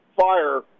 fire